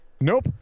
Nope